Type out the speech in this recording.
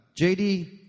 JD